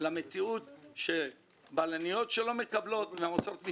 למציאות של בלניות שלא מקבלות שכר על אף שעובדות